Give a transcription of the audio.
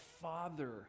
father